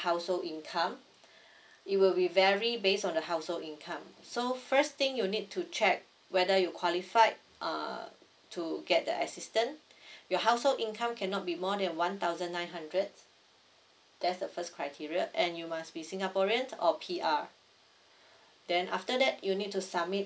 huosehold income it will be vary based on the household income so first thing you need to check whether you qualified uh to get the assistance your household income cannot be more than one thousand nine hundred that's the first criteria and you must be singaporeans or P_R then after that you need to submit